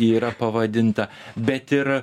yra pavadinta bet ir